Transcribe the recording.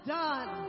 done